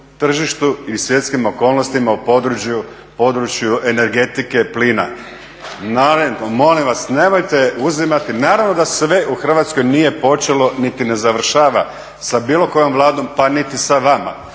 i svjetskim okolnostima u području energetike plina. Molim vas nemojte uzimati, naravno da sve u Hrvatskoj nije počelo niti ne završava sa bilo kojom Vladom pa niti sa vama.